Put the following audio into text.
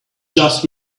just